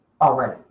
already